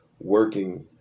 working